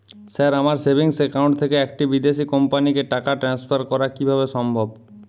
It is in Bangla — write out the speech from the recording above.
স্যার আমার সেভিংস একাউন্ট থেকে একটি বিদেশি কোম্পানিকে টাকা ট্রান্সফার করা কীভাবে সম্ভব?